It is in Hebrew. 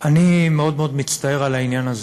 אני מאוד מאוד מצטער על העניין הזה,